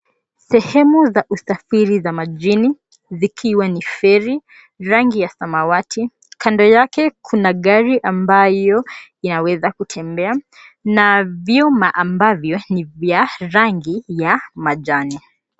Sehemu za usafiri za majini zikiwa ni feri, rangi ya samawati, kando yake kuna gari ambayo yaweza kutembea na vyuma ambayo ni vya rangi ya majani.